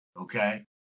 okay